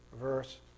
verse